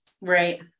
right